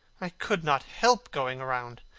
i could not help going round.